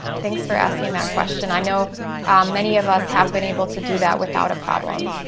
thanks for asking that question. i know many of us have been able to do that without a problem.